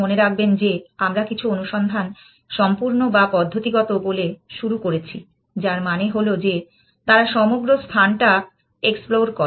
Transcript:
মনে রাখবেন যে আমরা কিছু অনুসন্ধান সম্পূর্ণ বা পদ্ধতিগত বলে শুরু করেছি যার মানে হল যে তারা সমগ্র স্থানটা এক্সপ্লোর করে